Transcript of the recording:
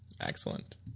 Excellent